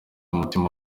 umutima